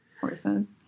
horses